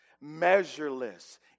measureless